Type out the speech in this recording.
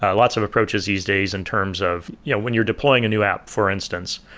ah lots of approaches these days in terms of yeah when you're deploying a new app for instance,